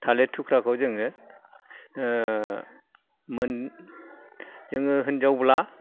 थालेर थुख्राखौ जोङो मोन जोङो हिनजावब्ला